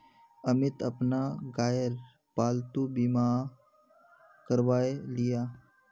अमित अपना गायेर पालतू बीमा करवाएं लियाः